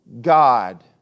God